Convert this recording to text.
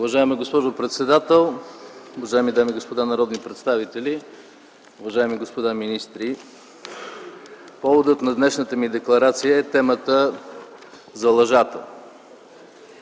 Уважаема госпожо председател, уважаеми дами и господа народни представители, уважаеми господа министри! Поводът на днешната ми декларация е темата за лъжата.